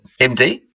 MD